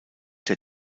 der